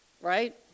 Right